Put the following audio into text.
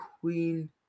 Queen